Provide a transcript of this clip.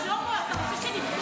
טוב, טוב, שלמה, אתה רוצה שנתמוך?